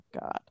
God